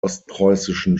ostpreußischen